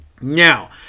Now